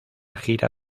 gira